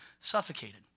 suffocated